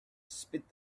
spit